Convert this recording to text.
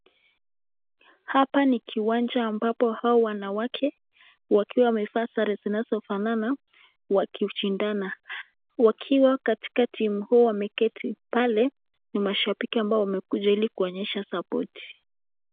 Hapa ni kiwanja ambapo hao wanawake wakiwa wamevaa sare zinazofanana wakishindana wakiwa katikati huu wameketi pale ni mashabiki ambao wamekuja ili kuonyesha support .